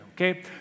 okay